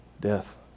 Death